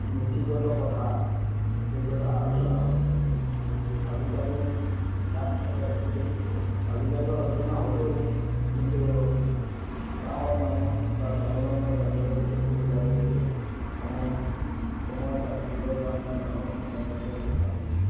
নীতিগত কথা এইবোৰ এটা আলোচনা হয় আজিকালি না এই সেই আজিকালিও আলোচনা হ'লেও কিন্তু গাঁৱৰ মানুহ বা টাউনৰ মানুহে যাবলৈ কিছু অসুবিধা হৈ গৈছে সময় সময় তাত দিবৰ কাৰণে মানুহৰ সময় নাইকিয় নিচিনা হৈছে